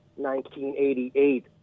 1988